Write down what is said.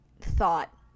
thought